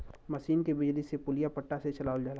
मसीन के बिजली से पुलिया पट्टा से चलावल जाला